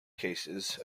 cases